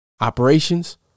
Operations